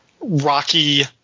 Rocky